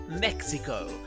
Mexico